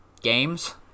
games